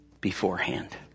beforehand